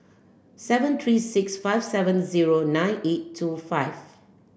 seven three six five seven zero nine eight two five